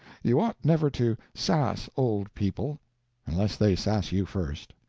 you ought never to sass old people unless they sass you first.